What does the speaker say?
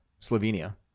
Slovenia